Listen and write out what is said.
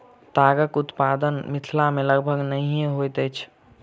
तागक उत्पादन मिथिला मे लगभग नहिये होइत अछि